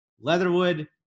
Leatherwood